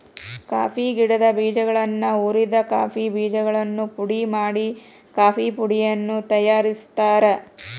coffee ಗಿಡದ ಬೇಜಗಳನ್ನ ಹುರಿದ ಕಾಫಿ ಬೇಜಗಳನ್ನು ಪುಡಿ ಮಾಡಿ ಕಾಫೇಪುಡಿಯನ್ನು ತಯಾರ್ಸಾತಾರ